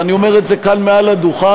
ואני אומר את זה כאן מעל הדוכן,